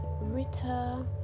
Rita